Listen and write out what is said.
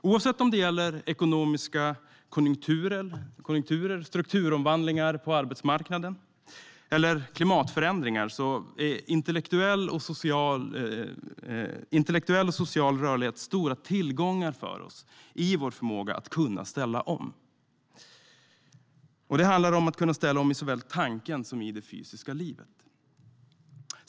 Oavsett om det gäller ekonomiska konjunkturer, strukturomvandlingar på arbetsmarknaden eller klimatförändringar är intellektuell och social rörlighet stora tillgångar för oss när det gäller vår förmåga att ställa om. Det handlar om att kunna ställa om såväl i tanken som i det fysiska livet.